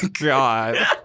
god